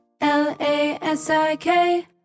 L-A-S-I-K